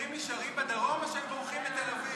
הצעירים נשארים בדרום או שהם בורחים לתל אביב?